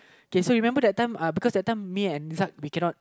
okay so you remember that time uh because that time me and we cannot